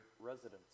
residents